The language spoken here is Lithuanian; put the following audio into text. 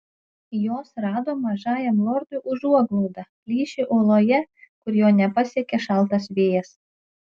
jos rado mažajam lordui užuoglaudą plyšį uoloje kur jo nepasiekė šaltas vėjas